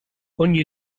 ogni